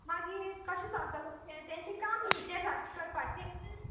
मागीर कशें चलतलें तेंचे तेंचें काम न्ही तें सारकें करपाचें